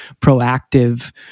proactive